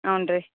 ಹ್ಞೂ ರೀ